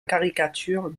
caricature